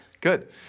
good